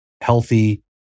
healthy